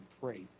pray